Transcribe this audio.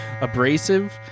abrasive